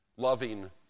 loving